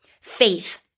Faith